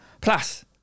Plus